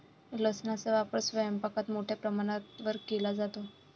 लसणाचा वापर स्वयंपाकात मोठ्या प्रमाणावर केला जातो